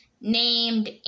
named